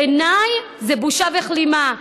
בעיניי זו בושה וכלימה.